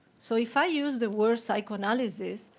so if i use the word psychoanalysis,